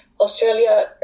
Australia